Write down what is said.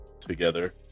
together